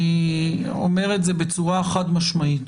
אני אומר את זה בצורה חד משמעית.